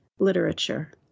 literature